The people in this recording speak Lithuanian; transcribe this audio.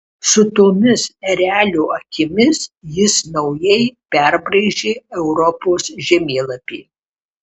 su tomis erelio akimis jis naujai perbraižė europos žemėlapį